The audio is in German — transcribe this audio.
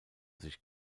sich